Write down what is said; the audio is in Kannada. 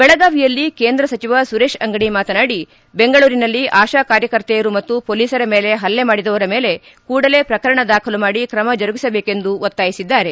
ಬೆಳಗಾವಿಯಲ್ಲಿ ಕೇಂದ್ರ ಸಚಿವ ಸುರೇಶ್ ಅಂಗಡಿ ಮಾತನಾಡಿ ಬೆಂಗಳೂರಿನಲ್ಲಿ ಆಶಾ ಕಾರ್ಯಕರ್ತೆಯರು ಮತ್ತು ಪೊಲೀಸರ ಮೇಲೆ ಪಲ್ಲೆ ಮಾಡಿದವರ ಮೇಲೆ ಕೂಡಲೇ ಪ್ರಕರಣ ದಾಖಲು ಮಾಡಿ ಕ್ರಮ ಜರುಗಿಸಬೇಕೆಂದು ಒತ್ತಾಯಿಸಿದ್ದಾರೆ